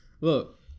Look